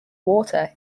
water